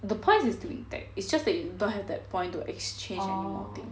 the points is still intact is just that you don't have that point to exchange anymore thing